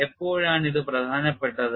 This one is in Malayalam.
എപ്പോഴാണ് ഇത് പ്രധാനപ്പെട്ടത്